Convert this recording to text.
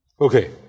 Okay